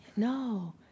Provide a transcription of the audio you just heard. No